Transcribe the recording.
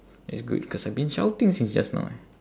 that's good because I've been shouting since just now eh